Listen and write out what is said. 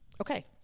Okay